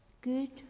good